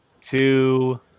Two